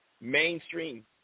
mainstream